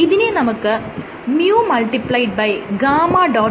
ഇതിനെ നമുക്ക് µγ